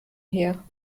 her